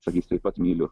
sakys taip pat myliu